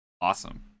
Awesome